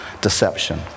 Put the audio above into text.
deception